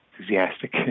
enthusiastic